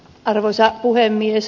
arvoisa puhemies